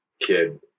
kid